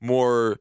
More